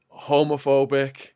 homophobic